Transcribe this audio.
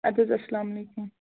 اَدٕ حظ اسلام علیکُم